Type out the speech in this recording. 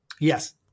Yes